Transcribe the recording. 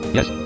Yes